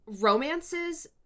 romances